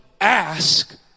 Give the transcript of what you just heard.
Ask